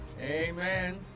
Amen